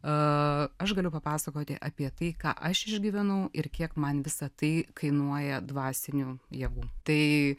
aš galiu papasakoti apie tai ką aš išgyvenau ir kiek man visa tai kainuoja dvasinių jėgų tai